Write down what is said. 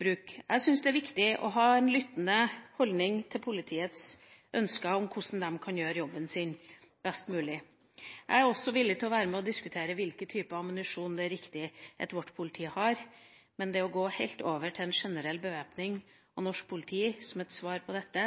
Jeg syns det er viktig å ha en lyttende holdning til politiets ønsker om hvordan de kan gjøre jobben sin best mulig. Jeg er også villig til å være med og diskutere hvilke typer ammunisjon det er riktig at vårt politi har, men det å gå helt over til en generell bevæpning av norsk politi som et svar på dette,